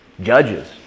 Judges